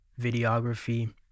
videography